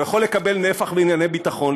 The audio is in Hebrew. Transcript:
הוא יכול לקבל נפח בענייני ביטחון,